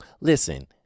Listen